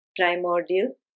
primordial